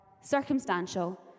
circumstantial